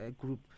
group